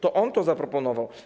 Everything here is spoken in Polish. To on to zaproponował.